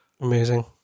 amazing